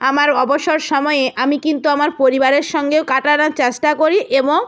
আমার অবসর সময় আমি কিন্তু আমার পরিবারের সঙ্গেও কাটানোর চেষ্টা করি এবং